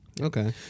Okay